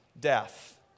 death